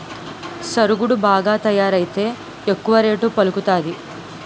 సరుగుడు బాగా తయారైతే ఎక్కువ రేటు పలుకుతాది